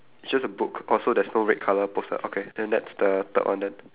it's just a book oh so there's no red colour poster okay then that's the third one then